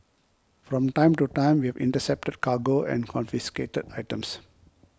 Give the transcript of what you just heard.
from time to time we have intercepted cargo and confiscated items